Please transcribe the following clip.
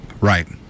Right